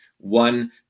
one